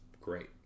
great